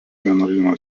vienuolyno